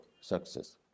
success